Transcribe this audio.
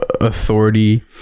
authority